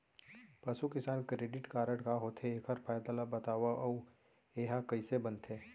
पसु किसान credit card का होथे, एखर फायदा ला बतावव अऊ एहा कइसे बनथे?